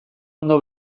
ondo